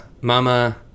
mama